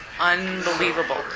unbelievable